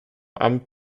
amt